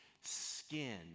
skin